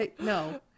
No